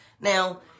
Now